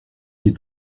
les